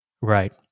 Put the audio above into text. Right